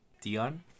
Dion